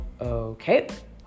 okay